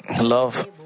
love